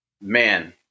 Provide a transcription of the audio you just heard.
man